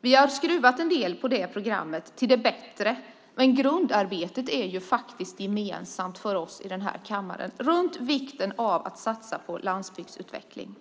Vi har skruvat en del på det programmet, till det bättre, men grundarbetet är gemensamt för oss i denna kammare. Det handlar om vikten av att satsa på landbygdsutveckling.